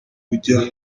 rujya